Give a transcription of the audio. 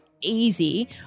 easy